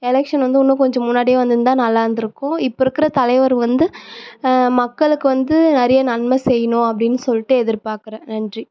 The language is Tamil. எலெக்ஷன் வந்து இன்னும் கொஞ்சம் முன்னாடியே வந்திருந்தா நல்லாருந்திருக்கும் இப்போ இருக்கிற தலைவர் வந்து மக்களுக்கு வந்து நிறைய நன்மை செய்யணும் அப்படின்னு சொல்லிட்டு எதிர்பார்க்குறேன் நன்றி